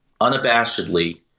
unabashedly